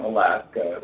Alaska